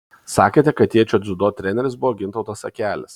sakėte kad tėčio dziudo treneris buvo gintautas akelis